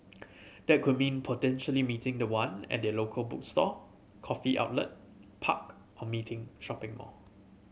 that could mean potentially meeting the one at their local bookstore coffee outlet park or meeting shopping mall